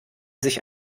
sich